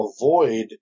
avoid